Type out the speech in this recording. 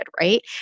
right